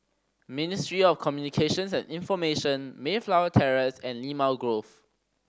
Ministry of Communications and Information Mayflower Terrace and Limau Grove